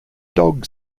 dog